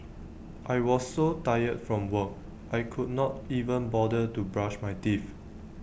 I was so tired from work I could not even bother to brush my teeth